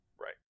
Right